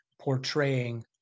portraying